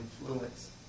influence